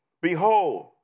behold